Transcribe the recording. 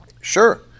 Sure